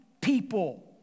people